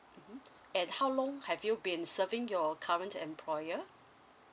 mmhmm and how long have you been serving your current employer